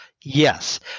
Yes